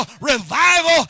revival